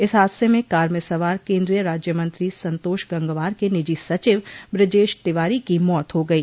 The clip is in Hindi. इस हादसे में कार में सवार केन्द्रीय राज्य मंत्री संतोष गंगवार के निजी सचिव बृजेश तिवारी की मौत हो गयी